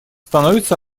становится